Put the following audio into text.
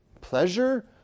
pleasure